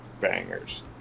bangers